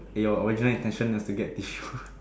your original intention was to get tissue